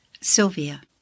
Sylvia